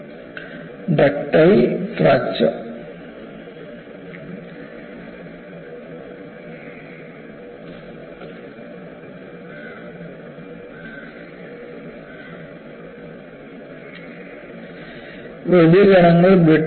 Ductile fracture ductile fracture വലിയ കണങ്ങൾ brittle ആണ്